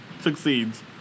succeeds